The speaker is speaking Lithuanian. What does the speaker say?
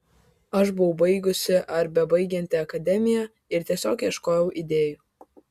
aš buvau baigusi ar bebaigianti akademiją ir tiesiog ieškojau idėjų